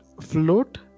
Float